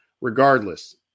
Regardless